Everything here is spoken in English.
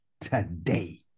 today